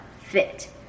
fit